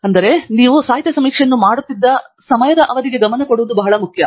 ಆದ್ದರಿಂದ ನೀವು ಸಾಹಿತ್ಯ ಸಮೀಕ್ಷೆಯನ್ನು ಮಾಡುತ್ತಿದ್ದ ಸಮಯದ ಅವಧಿಗೆ ಗಮನ ಕೊಡುವುದು ಬಹಳ ಮುಖ್ಯ